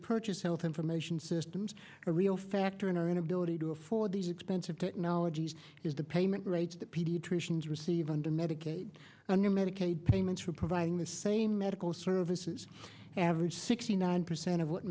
purchase health information systems a real factor in our inability to afford these expensive technologies is the payment rates that pediatricians receive under medicaid under medicaid payments for providing the same medical services every sixty nine percent of what